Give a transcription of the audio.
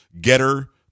Getter